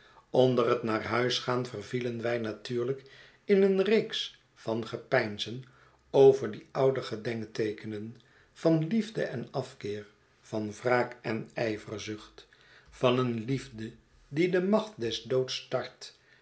onder het naar huis gaan vervielen wij natuurlijk in een reeks van gepeinzen over die oude gedenkteekenen van liefde enafkeer van wraak en ijverzucht van een liefde die de macht des doods